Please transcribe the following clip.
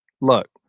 Look